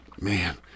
man